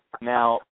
Now